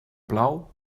plou